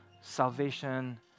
salvation